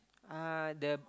uh the